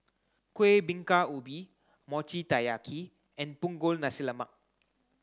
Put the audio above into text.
Kueh Bingka Ubi Mochi Taiyaki and Punggol Nasi Lemak